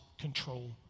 control